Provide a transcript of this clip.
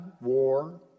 war